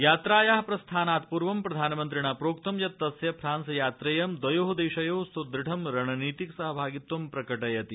यात्रायाः प्रस्थानात् पूर्व प्रधानमंत्रिणा प्रोक्तं यत् तस्य फ्रांस यात्रेयं द्वयोः देशयोः सुदृढं रणनीतिक सहभागित्वं प्रकटयति